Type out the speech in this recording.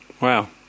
Wow